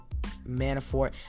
Manafort